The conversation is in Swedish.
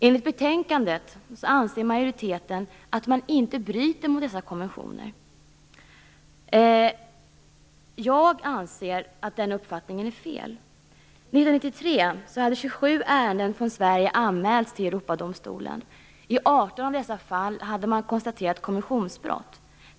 Enligt betänkandet anser majoriteten att man inte bryter mot dessa konventioner. Jag anser att denna uppfattning är felaktig. Europadomstolen. I 18 av dessa fall har man konstaterat konventionsbrott.